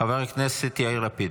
חבר הכנסת יאיר לפיד,